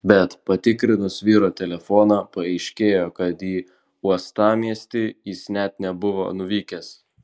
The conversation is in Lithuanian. bet patikrinus vyro telefoną paaiškėjo kad į uostamiestį jis net nebuvo nuvykęs